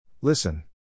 Listen